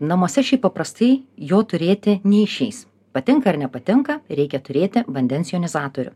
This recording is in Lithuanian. namuose šiaip paprastai jo turėti neišeis patinka ar nepatinka reikia turėti vandens jonizatorių